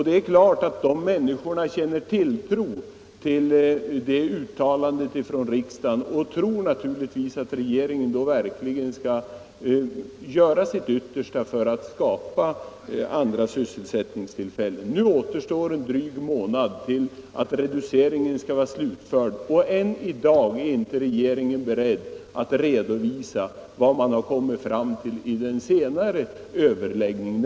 Det är klart att dessa människor sätter tilltro till det uttalandet av riksdagen och räknar med att regeringen verkligen skall göra sitt yttersta för att - Nr 26 skapa andra sysselsättningstillfällen. Torsdagen den Nu återstår en dryg månad till dess att reduceringen skall vara slutförd, 20 november 1975 och än i dag är inte regeringen beredd att redovisa vad man kommit = fram till i den senare överläggningen.